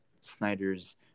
Snyder's